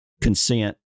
consent